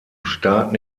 staaten